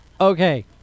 Okay